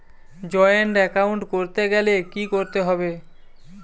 Joint account করতে গেলে কি করতে হবে?